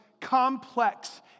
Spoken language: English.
Complex